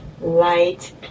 light